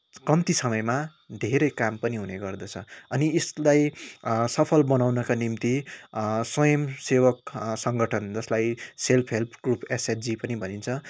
कम्ती समयमा धेरै काम पनि हुने गर्दछ अनि यसलाई सफल बनाउनका निम्ति स्वयम् सेवक सङ्गठन जसलाई सेल्फ हेल्प ग्रुप एसएचजी पनि भनिन्छ